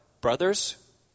brothers